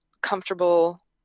comfortable